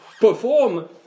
perform